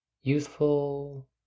Youthful